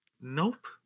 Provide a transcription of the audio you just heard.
nope